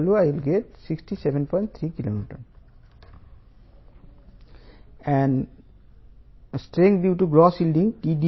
3 kilonewton 7